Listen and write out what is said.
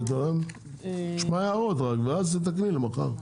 נשמע הערות ואז מתקנים מחר.